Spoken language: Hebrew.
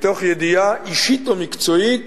מתוך ידיעה אישית ומקצועית